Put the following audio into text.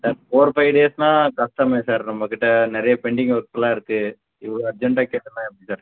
sir four five டேஸ்னா கஸ்டமே sir நம்மக்கிட்ட நிறைய பெண்டிங் ஒர்க்குலாம் இருக்குது இவ்வளோ அர்ஜெண்ட்டா கேட்டிங்கன்னா எப்படி சார்